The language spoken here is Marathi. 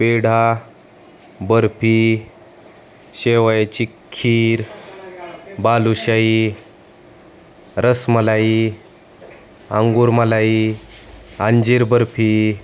पेढा बर्फी शेवयाची खीर बालुशाई रसमलाई अंगुरमलाई अंजीर बर्फी